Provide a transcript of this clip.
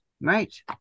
Right